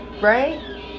Right